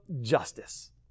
justice